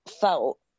felt